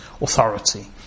authority